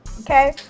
Okay